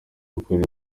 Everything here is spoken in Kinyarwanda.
gukorera